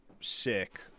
sick